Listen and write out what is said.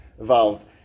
evolved